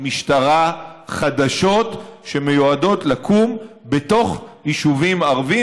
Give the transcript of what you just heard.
משטרה חדשות שמיועדות לקום בתוך יישובים ערביים.